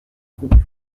groupe